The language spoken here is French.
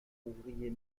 ouvrier